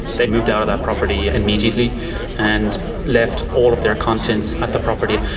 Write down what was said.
they moved out of that property immediately and left all of their contents at the property.